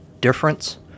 difference